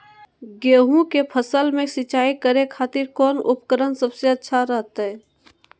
गेहूं के फसल में सिंचाई करे खातिर कौन उपकरण सबसे अच्छा रहतय?